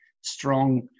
strong